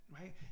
right